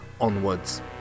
onwards